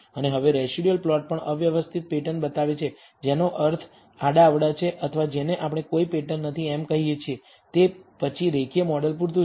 અને હવે residual plot પણ અવ્યવસ્થિત પેટર્ન બતાવે છે જેનો અર્થ આડાઅવળા છે અથવા જેને આપણે કોઈ પેટર્ન નથી એમ કહીએ છીએ તે પછી રેખીય મોડેલ પૂરતું છે